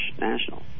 national